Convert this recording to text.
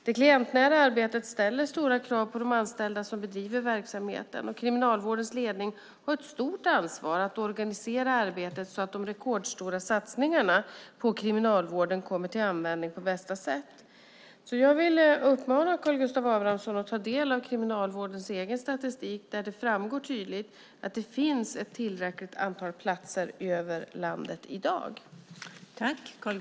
Det klientnära arbetet ställer stora krav på de anställda som bedriver verksamheten. Kriminalvårdens ledning har ett stort ansvar att organisera arbetet så att de rekordstora satsningarna på Kriminalvården kommer till användning på bästa sätt. Slutligen vill jag uppmana Karl Gustav Abramsson att ta del av Kriminalvårdens egen statistik. Av den framgår tydligt att det finns ett tillräckligt antal platser över landet i dag.